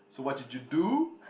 so what did you do